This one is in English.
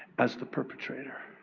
as the perpetrator?